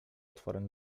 otworem